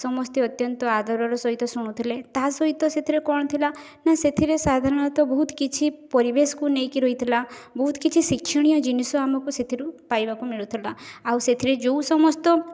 ସମସ୍ତେ ଅତ୍ୟନ୍ତ ଆଦରର ସହିତ ଶୁଣୁଥିଲେ ତା ସହିତ ସେଥିରେ କ'ଣ ଥିଲା ନା ସେଥିରେ ସାଧାରଣତଃ ବହୁତ କିଛି ପରିବେଶକୁ ନେଇକି ରହିଥିଲା ବହୁତ କିଛି ଶିକ୍ଷଣୀୟ ଜିନିଷ ଆମକୁ ସେଥିରୁ ପାଇବାକୁ ମିଳୁଥିଲା ଆଉ ସେଥିରେ ଯେଉଁ ସମସ୍ତ